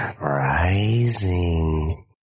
rising